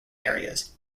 areas